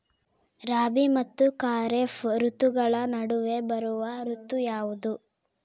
ರಾಬಿ ಮತ್ತು ಖಾರೇಫ್ ಋತುಗಳ ನಡುವೆ ಬರುವ ಋತು ಯಾವುದು?